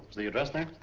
the address there?